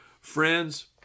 friends